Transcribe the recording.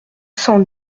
cent